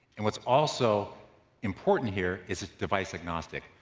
and what's also important here is device agnostic.